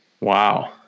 Wow